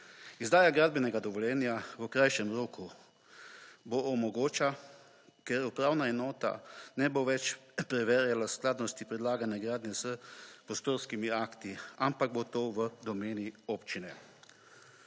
Izdaja gradbenega dovoljenja v krajšem roku omogoča, ker upravna enota ne bo več preverjala skladnosti predlagane gradnje s prostorskimi akti, ampak bo to v domeni občine.